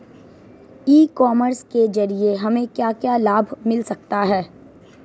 E commerce के ज़रिए हमें क्या क्या लाभ मिल सकता है?